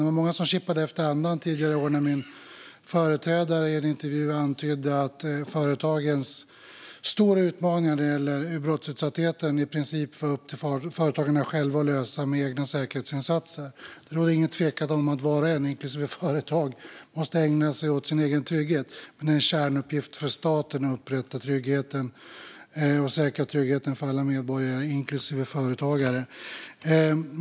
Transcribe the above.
Det var många som kippade efter andan tidigare i år när min företrädare i en intervju antydde att företagens stora utmaningar när det gäller brottsutsattheten i princip är upp till företagarna själva att lösa med egna säkerhetsinsatser. Det råder ingen tvekan om att var och en, inklusive företagare, måste ägna sig åt sin egen trygghet. Men det är en kärnuppgift för staten att upprätta och säkra tryggheten för alla medborgare, inklusive företagare.